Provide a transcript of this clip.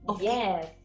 yes